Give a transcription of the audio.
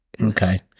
Okay